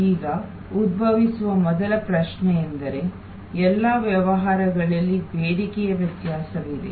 ಈಗ ಉದ್ಭವಿಸುವ ಮೊದಲ ಪ್ರಶ್ನೆಯೆಂದರೆ ಎಲ್ಲಾ ವ್ಯವಹಾರಗಳಲ್ಲಿ ಬೇಡಿಕೆಯ ವ್ಯತ್ಯಾಸವಿದೆ